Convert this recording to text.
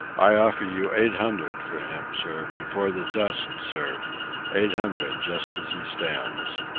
i offer you eight hundred for him, sir, before the test, sir eight hundred just as he stands.